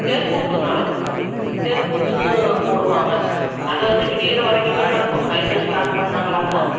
தெருக்கூத்து நடக்கும் தெருக்கூத்துன்னு போடுவாங்க அது வந்து விடிகிற வரைக்குமே நடக்கும் நைட் ஸ்டாட் பண்ணாங்கனாக்கா